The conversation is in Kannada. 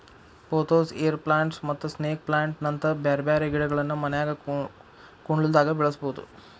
ಪೊಥೋಸ್, ಏರ್ ಪ್ಲಾಂಟ್ಸ್ ಮತ್ತ ಸ್ನೇಕ್ ಪ್ಲಾಂಟ್ ನಂತ ಬ್ಯಾರ್ಬ್ಯಾರೇ ಗಿಡಗಳನ್ನ ಮನ್ಯಾಗ ಕುಂಡ್ಲ್ದಾಗ ಬೆಳಸಬೋದು